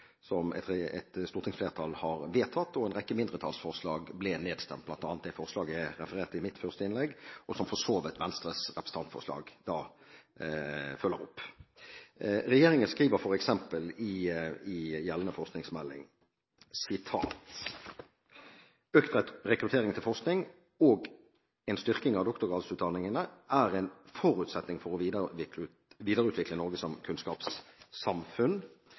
et stortingsflertall har vedtatt. En rekke mindretallsforslag ble nedstemt, bl.a. det forslaget jeg refererte til i mitt første innlegg, og som for så vidt Venstres representantforslag følger opp. Regjeringen skriver f.eks. i gjeldende forskningsmelding: «Økt rekruttering til forskning og en styrking av doktorgradsutdanningen er en forutsetning for å videreutvikle Norge som kunnskapssamfunn.»